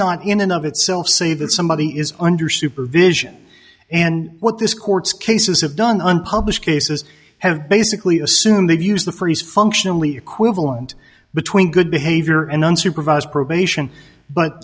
not in and of itself say that somebody is under supervision and what this court's cases have done unpublished cases have basically assume they've used the phrase functionally equivalent between good behavior and unsupervised probation but